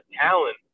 talent